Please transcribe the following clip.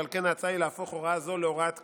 ועל כן ההצעה היא להפוך הוראה זו להוראת קבע.